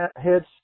hits